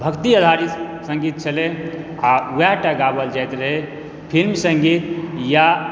भक्ति आधारित सङ्गीत छलै आ उएह टा गाओल जाइत रहै फिल्म सङ्गीत या